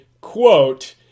quote